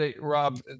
Rob